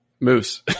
Moose